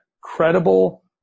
credible